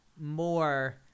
more